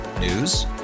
News